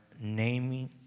naming